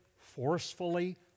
forcefully